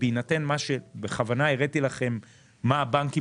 בהינתן מה שבכוונה הראיתי לכם מה הבנקים